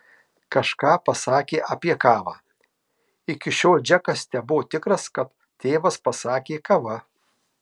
kažką pasakė apie kavą iki šiol džekas tebebuvo tikras kad tėvas pasakė kava